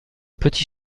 petit